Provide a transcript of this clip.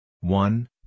one